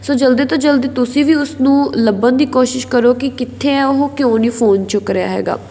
ਸੋ ਜਲਦੀ ਤੋਂ ਜਲਦੀ ਤੁਸੀਂ ਵੀ ਉਸ ਨੂੰ ਲੱਭਣ ਦੀ ਕੋਸ਼ਿਸ਼ ਕਰੋ ਕਿ ਕਿੱਥੇ ਹੈ ਉਹ ਕਿਉਂ ਨਹੀਂ ਫ਼ੋਨ ਚੁੱਕ ਰਿਹਾ ਹੈਗਾ